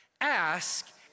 Ask